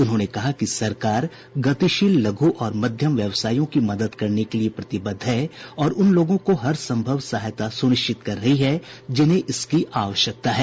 उन्होंने कहा कि सरकार गतिशील लघु और मध्यम व्यवसायों की मदद करने के लिए प्रतिबद्ध है और उन लोगों को हर संभव सहायता सुनिश्चित कर रही है जिन्हें इसकी आवश्यकता है